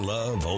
Love